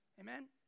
Amen